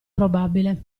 probabile